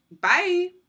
bye